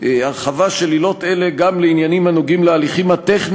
זה גם עניין של צדק לשני